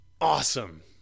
Awesome